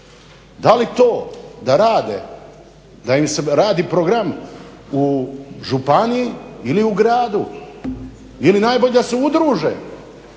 da li to da rade, da im radi program u županiji ili u gradu ili najbolje da se udruže,